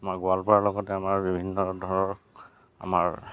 আমাৰ গোৱালপাৰাৰ লগতে আমাৰ বিভিন্ন ধৰক আমাৰ